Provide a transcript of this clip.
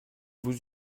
vous